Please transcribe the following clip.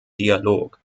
dialog